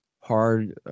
hard